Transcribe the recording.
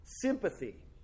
sympathy